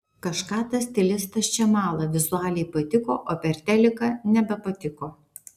kažką tas stilistas čia mala vizualiai patiko o per teliką nebepatiko